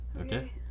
Okay